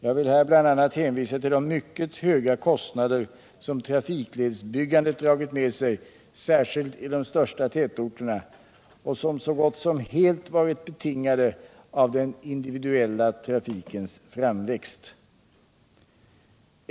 Jag vill här bl.a. hänvisa till de mycket höga kostnader som trafikledsbyggandet dragit med sig särskilt i de största tätorterna och som så gott som helt varit betingade av den individuella trafikens framväxt.